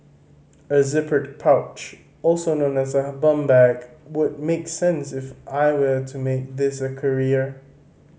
a zippered pouch also known as a bum bag would make sense if I will to make this a career